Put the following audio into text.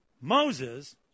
Moses